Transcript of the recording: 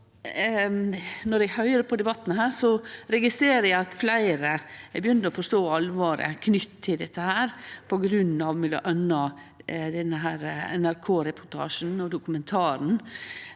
Når eg høyrer på debatten her, registrerer eg at fleire begynner å forstå alvoret knytt til dette, m.a. på grunn av NRK-serien og dokumentaren